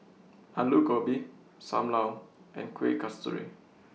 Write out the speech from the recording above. Aloo Gobi SAM Lau and Kueh Kasturi